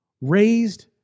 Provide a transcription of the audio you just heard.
raised